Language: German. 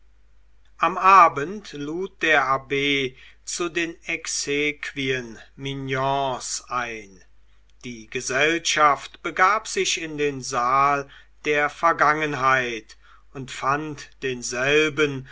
am abend lud der abb zu den exequien mignons ein die gesellschaft begab sich in den saal der vergangenheit und fand denselben